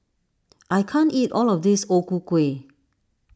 I can't eat all of this O Ku Kueh